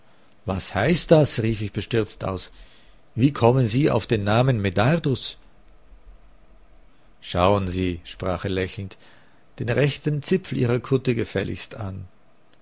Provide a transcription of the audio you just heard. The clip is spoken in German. was heißt das rief ich bestürzt aus wie kommen sie auf den namen medardus schauen sie sprach er lächelnd den rechten zipfel ihrer kutte gefälligst an